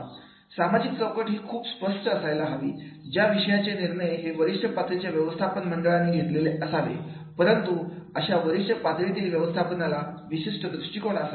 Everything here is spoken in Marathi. सामाजिक चौकट ही खूप स्पष्ट असायला हवी ज्या विषयाचे निर्णय हे वरिष्ठ पातळीच्या व्यवस्थापन मंडळाने घेतलेले असावे परंतु अशा वरिष्ठ पातळीवरील व्यवस्थापनाला विशिष्ट दृष्टिकोन असावा